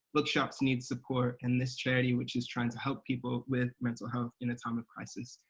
bookshops needs support, and this charity which is trying to help people with mental health in a time of crisis,